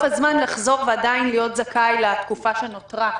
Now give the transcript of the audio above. הזמן לחזור ועדיין להיות זכאי לתקופה שנותרה.